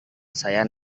saya